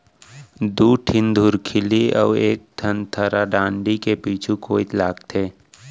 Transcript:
दू ठिन धुरखिली अउ एक ठन थरा डांड़ी के पीछू कोइत लागथे